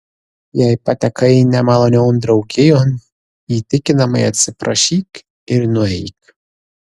jei patekai nemalonion draugijon įtikinamai atsiprašyk ir nueik